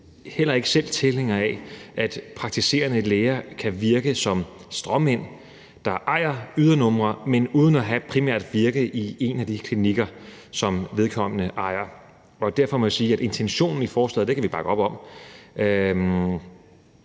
heller ikke selv tilhænger af, at praktiserende læger kan virke som stråmænd, der ejer ydernumre uden at have et primært virke i en af de klinikker, som vedkommende ejer. Og derfor må jeg sige, at intentionen i forslaget kan vi bakke op om.